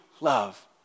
love